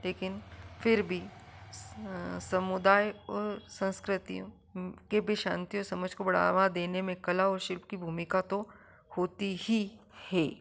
लेकिन फिर भी समुदाय और संस्कृतियों के बीच शांति और समझ को बढ़ावा देने में कला और शिल्प की भूमिका तो होती ही है